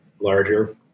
larger